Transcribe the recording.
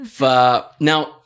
Now